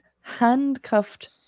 handcuffed